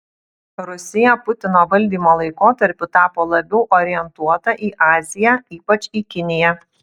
rusija putino valdymo laikotarpiu tapo labiau orientuota į aziją ypač į kiniją